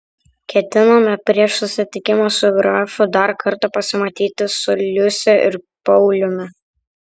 ketinome prieš susitikimą su grafu dar kartą pasimatyti su liuse ir pauliumi